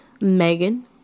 Megan